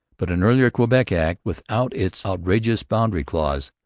but an earlier quebec act, without its outrageous boundary clause,